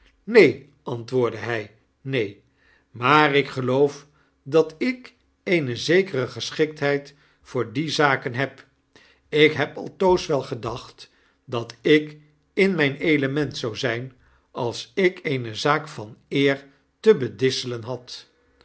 neen antwoordde hg neen maar ik geloof dat ik eene zekere geschiktheid voor die zaken heb ik heb altoos wel gedacht dat ik in mgn element zou zijn als ik eene zaak van eer te bedisselen had